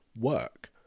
work